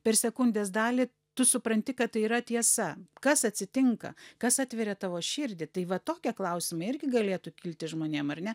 per sekundės dalį tu supranti kad tai yra tiesa kas atsitinka kas atveria tavo širdį tai va tokie klausimai irgi galėtų kilti žmonėm ar ne